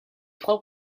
trois